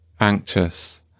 anxious